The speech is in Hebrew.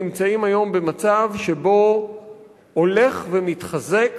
נמצאים היום במצב שבו הולך ומתחזק